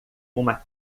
uma